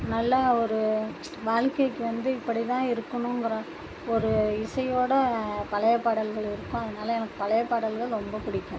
நல்ல ஒரு வாழ்க்கைக்கு வந்து இப்படி தான் இருக்கணுங்கிற ஒரு இசையோடு பழைய பாடல்கள் இருக்கும் அதனால எனக்கு பழைய பாடல்கள் ரொம்ப பிடிக்கும்